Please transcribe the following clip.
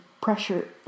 pressure